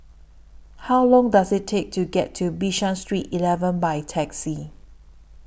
How Long Does IT Take to get to Bishan Street eleven By Taxi